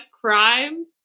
crime